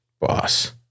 Boss